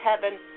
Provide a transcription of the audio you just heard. heaven